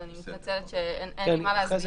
אני מתנצלת שאין מה להסביר.